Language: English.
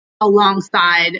alongside